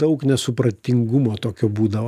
daug nesupratingumo tokio būdavo